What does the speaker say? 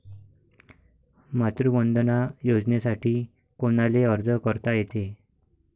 मातृवंदना योजनेसाठी कोनाले अर्ज करता येते?